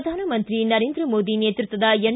ಪ್ರಧಾನಮಂತ್ರಿ ನರೇಂದ್ರ ಮೋದಿ ನೇತೃತ್ವದ ಎನ್